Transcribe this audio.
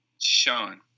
Sean